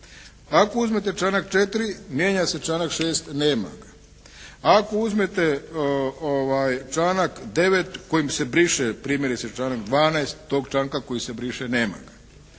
Ako uzmete članak 4. mijenja se članak 6. nema ga. Ako uzmete članak 9. kojim se briše primjerice članak 12. tog članka koji se briše, nema ga.